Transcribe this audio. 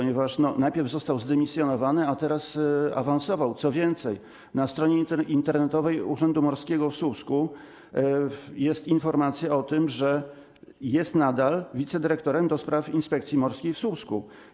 Najpierw został on zdymisjonowany, a teraz awansował, co więcej, na stronie internetowej Urzędu Morskiego w Słupsku jest informacja o tym, że nadal jest wicedyrektorem do spraw inspekcji morskiej w Słupsku.